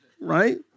right